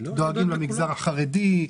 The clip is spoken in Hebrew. דואגים למגזר החרדי,